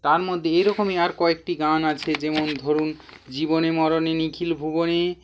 তার মধ্যে এই রকমই আর কয়েকটি গান আছে যেমন ধরুন জীবনে মরণে নিখিল ভুবনে